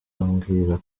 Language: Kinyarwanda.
ambwira